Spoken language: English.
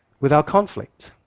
without conflict.